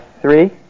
three